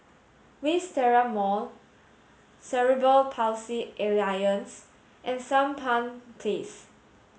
Wisteria Mall Cerebral Palsy Alliance and Sampan Place